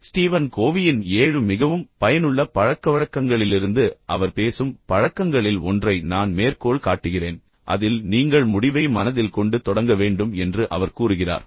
Steven கோவியின் ஏழு மிகவும் பயனுள்ள பழக்கவழக்கங்களிலிருந்து அவர் பேசும் பழக்கங்களில் ஒன்றை நான் மேற்கோள் காட்டுகிறேன் அதில் நீங்கள் முடிவை மனதில் கொண்டு தொடங்க வேண்டும் என்று அவர் கூறுகிறார்